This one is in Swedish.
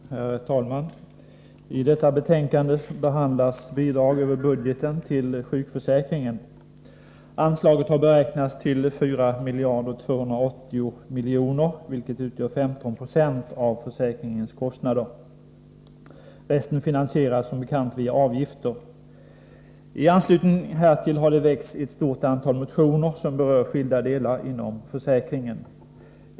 Herr talman! I detta betänkande behandlas bidrag över budgeten till sjukförsäkringen. Anslaget har beräknats till 4 280 000 000 kr., vilket utgör 15 96 av sjukförsäkringens kostnader. Resten finansieras som bekant via avgifter. IT anslutning härtill har det väckts ett stort antal motioner, som berör skilda delar av försäkringen.